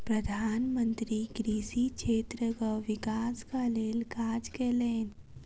प्रधान मंत्री कृषि क्षेत्रक विकासक लेल काज कयलैन